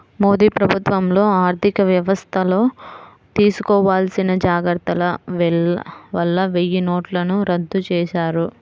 మోదీ ప్రభుత్వంలో ఆర్ధికవ్యవస్థల్లో తీసుకోవాల్సిన జాగర్తల వల్ల వెయ్యినోట్లను రద్దు చేశారు